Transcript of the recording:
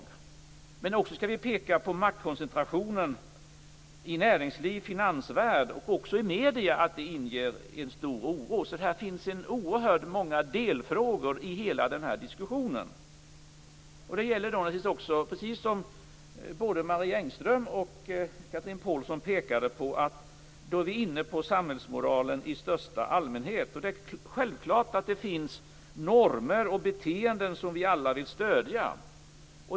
Vi skall också peka på maktkoncentrationen i näringsliv, finansvärld och i medierna. Där finns oerhört många delfrågor i hela diskussionen. Både Marie Engström och Chatrine Pålsson hävdade att detta handlar om samhällsmoralen i största allmänhet. Det är självklart att det finns normer och beteenden som vi alla vill stödja.